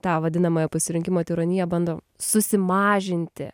tą vadinamąją pasirinkimo tironiją bando susimažinti